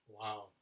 wow